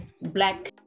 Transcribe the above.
Black